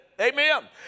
Amen